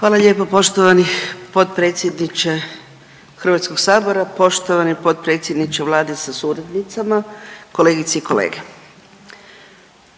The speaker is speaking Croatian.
Hvala lijepa poštovani potpredsjedniče Hrvatskog sabora. Poštovani potpredsjedniče Vlade sa suradnicama, kolegice i kolege,